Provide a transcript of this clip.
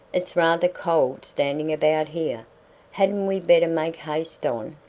it's rather cold standing about here hadn't we better make haste on?